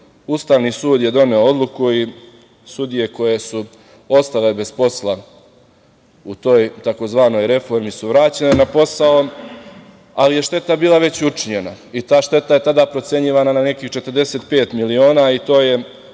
Ustavni sud je doneo odluku i sudije koje su ostale bez posla u toj tzv. reformi su vraćene na posao, ali je šteta bila već učinjena. Ta šteta je tada procenjivana na nekih 45 miliona i to je